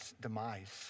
demise